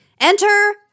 Enter